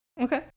Okay